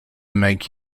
make